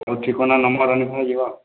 ହଉ ଠିକଣା ନମ୍ବର ରଖିଥାଅ ଯିବା